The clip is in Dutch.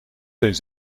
eens